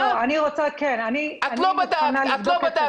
את לא בדקת.